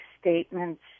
statements